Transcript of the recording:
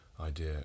idea